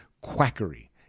quackery